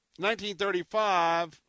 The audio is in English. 1935